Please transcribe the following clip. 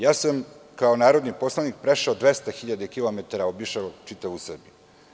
Ja sam kao narodni poslanik prešao 200.000 km, obišao čitavu Srbiju.